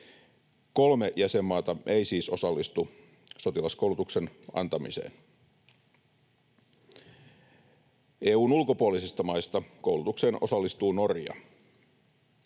Kolme jäsenmaata ei siis osallistu sotilaskoulutuksen antamiseen. EU:n ulkopuolisista maista koulutukseen osallistuu Norja.